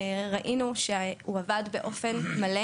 ראינו שהוא עבד באופן מלא,